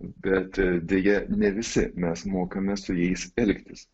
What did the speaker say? bet deja ne visi mes mokame su jais elgtis